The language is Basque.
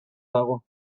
dago